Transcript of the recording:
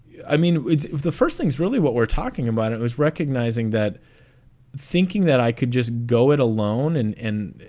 yeah i mean, the first thing is really what we're talking about. it was recognizing that thinking that i could just go it alone. and and